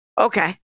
Okay